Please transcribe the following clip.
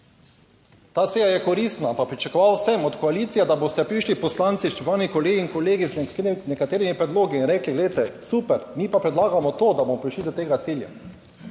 Ta seja je koristna. Pa pričakoval sem od koalicije, da boste prišli poslanci, spoštovani kolegi in kolegi, z nekaterimi predlogi in rekli, glejte, super, mi pa predlagamo to, da bomo prišli do tega cilja.